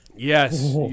Yes